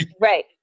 Right